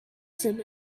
some